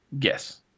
Yes